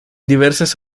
diversas